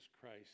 Christ